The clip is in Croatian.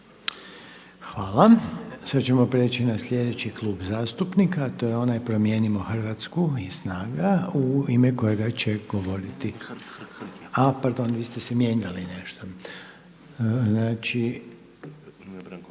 Hvala. Sada ćemo prijeći na sljedeći klub zastupnika, a to je onda Promijenimo Hrvatsku i SNAGA u ime kojega će govoriti pardon vi ste se mijenjali nešto. Sljedeći